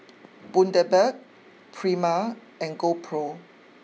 Bundaberg Prima and GoPro